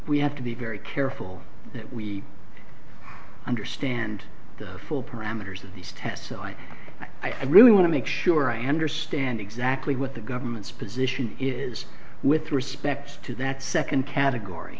we have to be very careful that we understand the full parameters of these tests so i i really want to make sure i understand exactly what the government's position is with respect to that second category